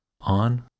On